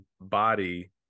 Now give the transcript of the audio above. body